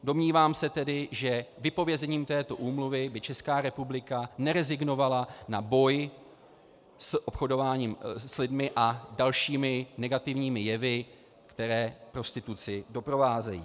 Domnívám se tedy, že vypovězením této úmluvy by Česká republika nerezignovala na boj s obchodováním s lidmi a dalšími negativními jevy, které prostituci doprovázejí.